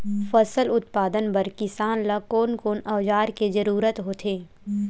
फसल उत्पादन बर किसान ला कोन कोन औजार के जरूरत होथे?